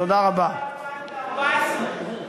התוספת תהיה ב-2014, תודה,